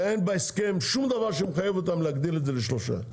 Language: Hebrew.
אין בהסכם שום דבר שמחייב אותם להגדיל לשלושה.